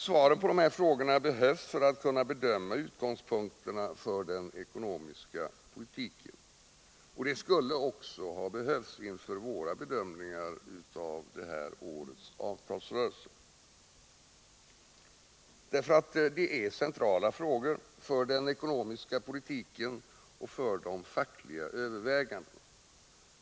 Svaret på dessa frågor behövs för att man skall kunna bedöma utgångspunkterna för den ekonomiska politiken. De skulle också ha behövts inför våra bedömningar av årets avtalsrörelse. Det är centrala frågor för den ekonomiska politiken och för de fackliga övervägandena.